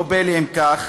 לא פלא, אם כך,